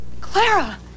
Clara